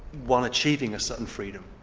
one achieving a certain freedom.